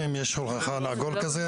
יש שולחן עגול כזה?